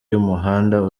y’umuhanda